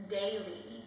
daily